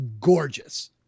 gorgeous